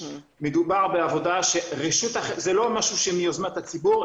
מדובר בעבודה שהיא לא מיוזמת הציבור,